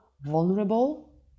vulnerable